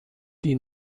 die